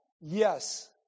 yes